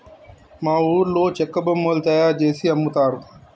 మా ఊర్లో చెక్క బొమ్మలు తయారుజేసి అమ్ముతారు